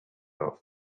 off